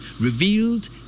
revealed